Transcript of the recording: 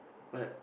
but